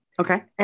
Okay